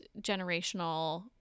generational